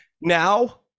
Now